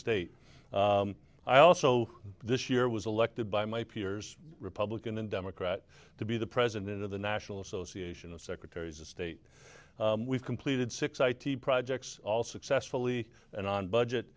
state i also this year was elected by my peers republican and democrat to be the president of the national association of secretaries of state we've completed six i t projects all successfully and on budget